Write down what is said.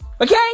Okay